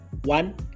one